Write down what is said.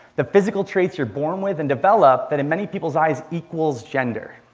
the physical traits you're born with and develop that in many people's eyes equals gender.